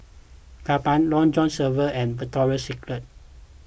Kappa Long John Silver and Victoria Secret